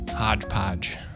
Hodgepodge